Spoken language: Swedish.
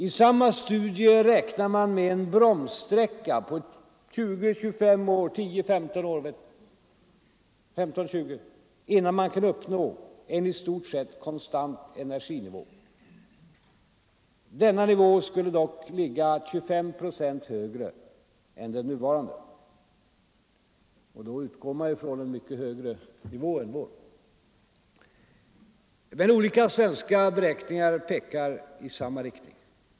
I samma studie räknar man med en ”bromssträcka” på 20-25 år innan man kan uppnå en i stort sett konstant energinivå. Denna nivå skulle dock ligga 25 procent högre än den nuvarande, och då utgår man från en mycket högre nivå än vår. Olika svenska beräkningar pekar i samma riktning.